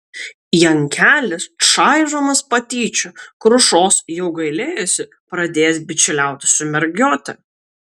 jankelis čaižomas patyčių krušos jau gailėjosi pradėjęs bičiuliautis su mergiote